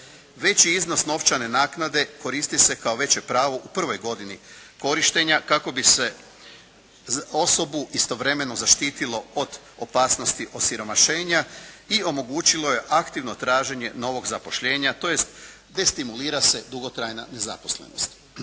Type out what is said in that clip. Veći iznos novčane naknade koristi se kao veće pravo u prvoj godini korištenja kako bi se osobu istovremeno zaštitilo od opasnosti osiromašenja i omogućilo joj aktivno traženje novog zapošljenja tj. destimulira se dugotrajna nezaposlenost.